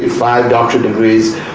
five doctorate degrees,